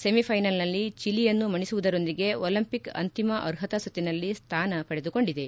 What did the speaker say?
ಸೆಮಿಫ್ಸೆನಲ್ನಲ್ಲಿ ಚಿಲಿಯನ್ನು ಮಣಿಸುವದರೊಂದಿಗೆ ಒಲಂಪಿಕ್ ಅಂತಿಮ ಅರ್ಹತಾ ಸುತ್ತಿನಲ್ಲಿ ಸ್ಟಾನ ಪಡೆದುಕೊಂಡಿದೆ